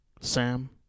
Sam